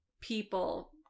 people